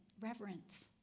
reverence